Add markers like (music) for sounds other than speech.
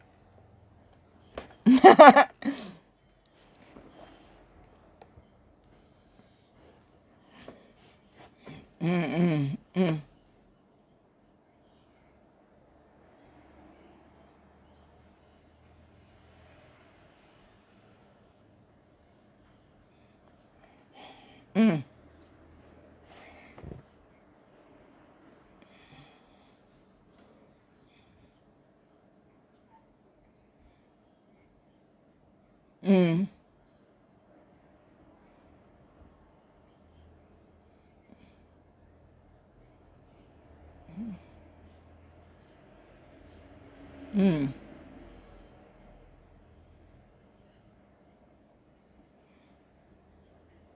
(laughs) mmhmm mm mm mm mm